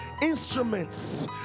instruments